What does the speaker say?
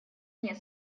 нет